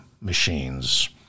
machines